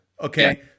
Okay